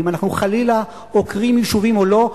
אם אנחנו חלילה עוקרים יישובים או לא,